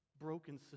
broken